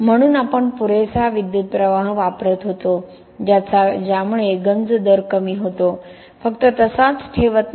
म्हणून आपण पुरेसा विद्युतप्रवाह वापरत होतो ज्यामुळे गंज दर कमी होतो फक्त तसाच ठेवत नाही